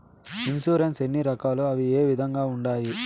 insurance ఎన్ని రకాలు అవి ఏ విధంగా ఉండాయి